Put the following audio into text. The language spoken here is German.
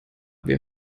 wir